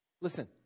Listen